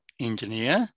engineer